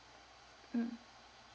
mm